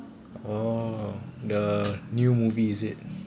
oh the new movie is it